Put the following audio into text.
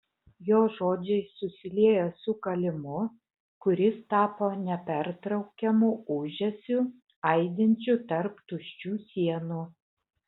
jo žodžiai susiliejo su kalimu kuris tapo nepertraukiamu ūžesiu aidinčiu tarp tuščių sienų